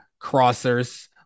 crossers